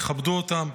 תכבדו אותן,